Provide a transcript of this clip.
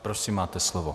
Prosím, máte slovo.